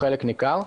חלק ניכר.